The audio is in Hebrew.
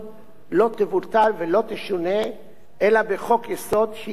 תשונה אלא בחוק-יסוד שיתקבל בארבע קריאות.